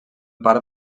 part